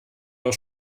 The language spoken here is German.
nur